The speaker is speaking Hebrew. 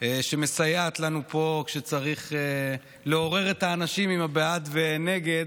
שמסייעת לנו פה כשצריך לעורר את האנשים עם הבעד ונגד.